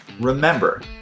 Remember